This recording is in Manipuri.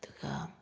ꯑꯗꯨꯒ